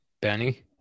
Benny